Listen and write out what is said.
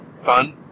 fun